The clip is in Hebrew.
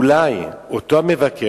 אולי אותו מבקר,